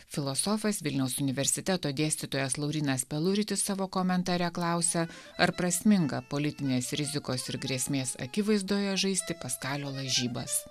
filosofas vilniaus universiteto dėstytojas laurynas peluritis savo komentare klausia ar prasminga politinės rizikos ir grėsmės akivaizdoje žaisti paskalio lažybas